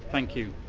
thank you.